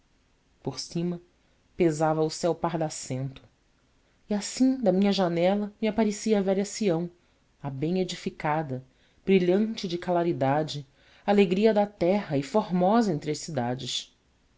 por cima pesava o céu pardacento e assim da minha janela me aparecia a velha sião a bem edificada brilhante de claridade alegria da terra e formosa entre as cidades